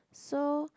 so